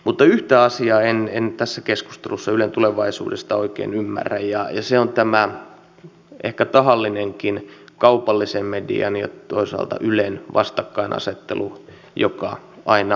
mutta yhtä asiaa en tässä keskustelussa ylen tulevaisuudesta oikein ymmärrä ja se on tämä ehkä tahallinenkin kaupallisen median ja toisaalta ylen vastakkainasettelu joka aina nousee esille